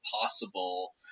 possible